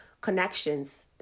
connections